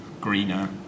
greener